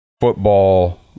football